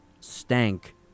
stank